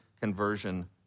conversion